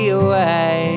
away